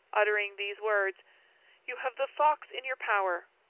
uttering these words you have the fox in your power.